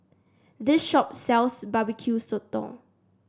this shop sells Barbecue Sotong